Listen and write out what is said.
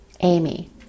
Amy